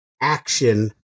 action